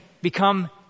become